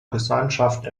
gesandtschaft